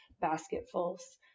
basketfuls